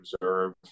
observe